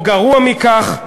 או גרוע מכך,